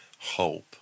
hope